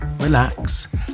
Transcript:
relax